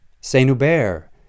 Saint-Hubert